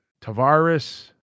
Tavares